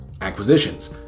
acquisitions